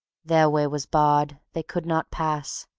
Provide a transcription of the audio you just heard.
their way was barred they could not pass.